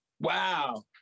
Wow